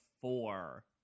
four